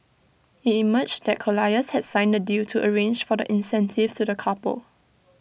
IT emerged that colliers had signed the deal to arrange for the incentive to the couple